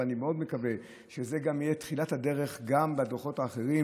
ואני מאוד מקווה שזאת תהיה תחילת הדרך גם בדוחות האחרים,